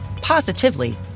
positively